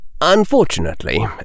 Unfortunately